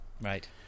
Right